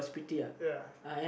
ya